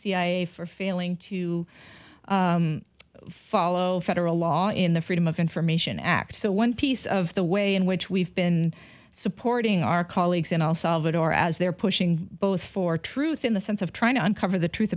cia for failing to follow federal law in the freedom of information act so one piece of the way in which we've been supporting our colleagues in el salvador as they're pushing both for truth in the sense of trying to uncover the truth